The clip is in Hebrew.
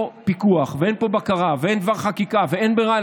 פיקוח ואין פה בקרה ואין דבר חקיקה ואין ברירה,